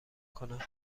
کنم